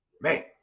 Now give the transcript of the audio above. Man